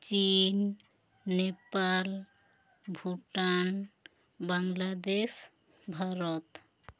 ᱪᱤᱱ ᱱᱮᱯᱟᱞ ᱵᱷᱩᱴᱟᱱ ᱵᱟᱝᱞᱟᱫᱮᱥ ᱵᱷᱟᱨᱚᱛ